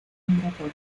migratorias